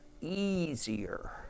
easier